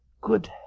good